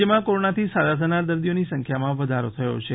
રાજ્યમાં કોરોનાથી સાજા થનાર દર્દીઓની સંખ્યામાં વધારો થયો છે